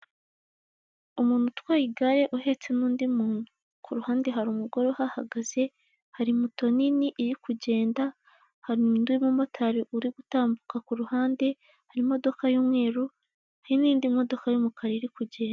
Umuntu utwaye igare uhetse n'undi muntu, ku ruhande hari umugore uhahagaze, hari moto nini iri kugenda, hari undi mumotari uri gutambuka ku ruhande, hari imodoka y'umweru hari n'indi modoka y'umukara iri kugenda.